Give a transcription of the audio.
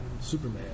Superman